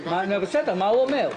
אנחנו פה, אנחנו לא מתכוונים ללכת.